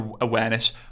awareness